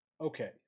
okay